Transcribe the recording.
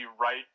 right